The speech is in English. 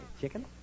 chicken